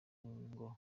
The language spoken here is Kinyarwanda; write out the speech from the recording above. ngo